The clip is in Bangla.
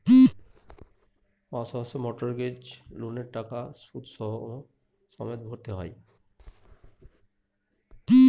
মাসে মাসে মর্টগেজ লোনের টাকা সুদ সমেত ভরতে হয়